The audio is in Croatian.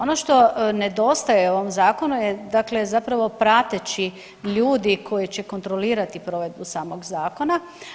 Ono što nedostaje ovom zakonu je dakle zapravo praćeti ljudi koji se kontrolirati provedbu samog zakona.